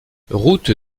route